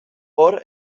hor